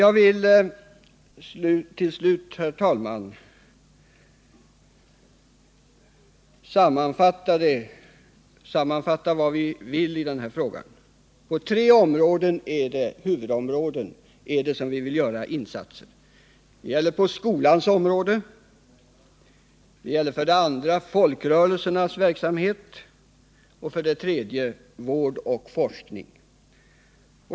Jag vill till slut, herr talman, sammanfatta våra krav i den här frågan. Vi vill göra insatser på tre huvudområden: på skolans område, inom folkrörelsernas verksamhet och inom vård och forskning.